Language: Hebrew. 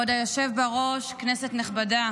כבוד היושב בראש, כנסת נכבדה,